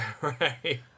right